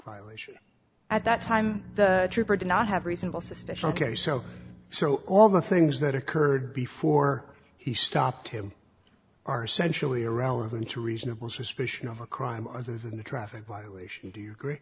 violation at that time the trooper did not have reasonable suspicion ok so so all the things that occurred before he stopped him are sensually irrelevant to reasonable suspicion of a crime other than a traffic violation do you